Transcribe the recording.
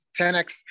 10X